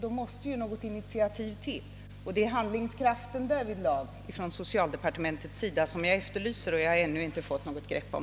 Då behövs ett initiativ. Det är socialdepartementets handlingskraft därvidlag som jag efterlyser och som jag ännu inte fått något grepp om.